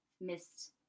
missed